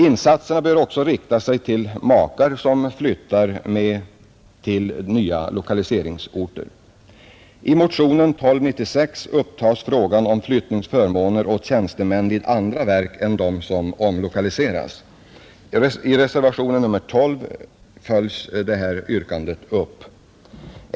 Insatserna bör också rikta sig till makar som flyttar med till nya lokaliseringsorter. I motionen 1296 upptas frågan om flyttningsförmåner åt tjänstemän vid andra verk än de som omlokaliseras. I reservationen 12 följs det här yrkandet upp.